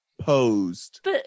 posed